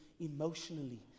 emotionally